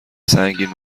سنگین